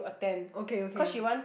okay okay